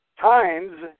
times